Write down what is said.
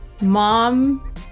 mom